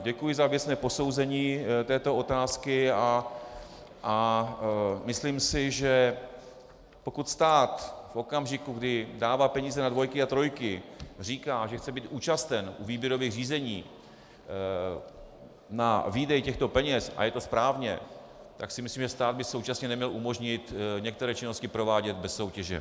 Děkuji za věcné posouzení této otázky a myslím si, že pokud stát v okamžiku, kdy dává peníze na dvojky a trojky, říká, že chce být účasten výběrových řízení na výdej těchto peněz, a je to správně, tak si myslím, že stát by současně neměl umožnit některé činnosti provádět bez soutěže.